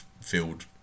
field